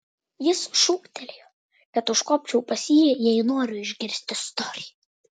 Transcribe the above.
jis šūktelėjo kad užkopčiau pas jį jei noriu išgirsti istoriją